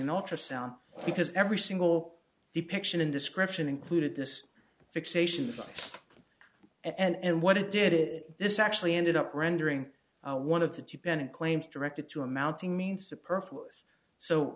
an ultrasound because every single depiction in description included this fixation and what it did it this actually ended up rendering one of the two panic claims directed to a